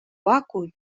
вакууме